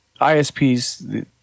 ISPs